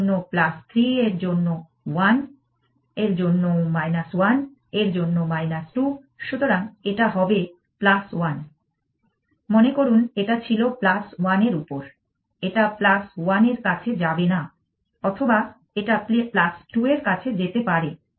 এর জন্য 3 এর জন্য 1 এর জন্য 1 এর জন্য 2 সুতরাং এটা হবে 1 মনে করুন এটা ছিল 1 এর উপর এটা 1 এর কাছে যাবেনা অথবা এটা 2 এর কাছে যেতে পারে